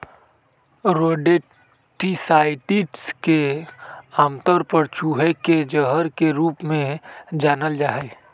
rodenticides के आमतौर पर चूहे के जहर के रूप में जानल जा हई